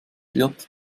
wird